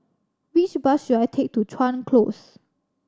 which bus should I take to Chuan Close